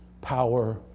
power